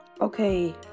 okay